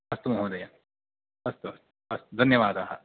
अस्तु महोदय अस्तु अस्तु अस्तु धन्यवादाः